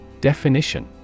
Definition